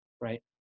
right